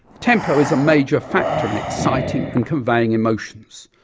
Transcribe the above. tempo is a major factor in exciting and conveying emotions.